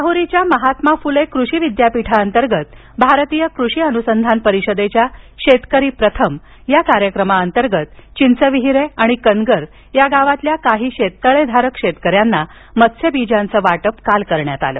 राहुरीच्या महात्मा फुले कृषि विद्यापीठांतर्गत भारतीय कृषि अनुसंधान परिषदेच्या शेतकरी प्रथम या कार्यक्रमांतर्गत चिचंविहीरे आणि कनगर गावातील काही शेततळेधारक शेतकऱ्यांना मत्स्य बीज वाटप काल करण्यात आलं